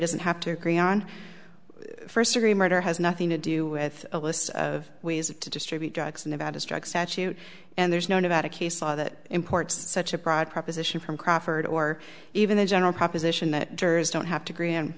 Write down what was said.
doesn't have to agree on first degree murder has nothing to do with a list of ways to distribute drugs and about his drug statute and there's no nevada case law that import such a broad proposition from crawford or even the general proposition that jurors don't have to agree in